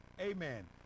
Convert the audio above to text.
amen